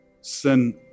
sin